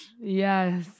Yes